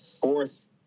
fourth